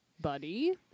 Buddy